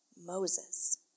Moses